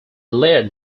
led